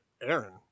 Aaron